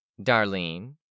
Darlene